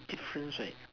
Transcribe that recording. difference right